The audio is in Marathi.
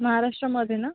महाराष्ट्रामध्ये ना